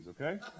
okay